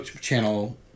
channel